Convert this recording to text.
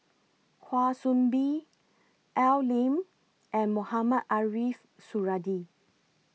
Kwa Soon Bee Al Lim and Mohamed Ariff Suradi